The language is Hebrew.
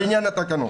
לעניין התקנות.